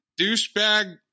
Douchebag